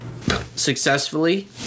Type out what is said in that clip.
successfully